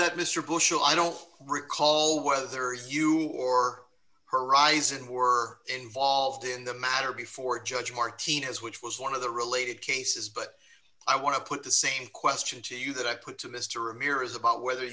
that mr bush i don't recall whether you or horizon were involved in the matter before judge martinez which was one of the related cases but i want to put the same question to you that i put to mr ramirez about whether